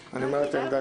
אני אומר את העמדה שלך.